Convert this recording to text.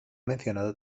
mencionado